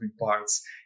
parts